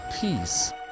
peace